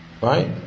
Right